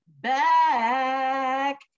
back